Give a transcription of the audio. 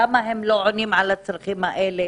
למה הם לא עונים על הצרכים האלה?